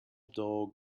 dull